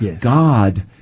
God